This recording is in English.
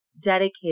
dedicated